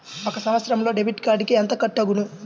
ఒక సంవత్సరంలో డెబిట్ కార్డుకు ఎంత కట్ అగును?